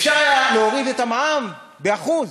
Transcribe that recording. אפשר היה להוריד את המע"מ באחוז,